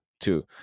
two